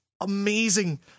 amazing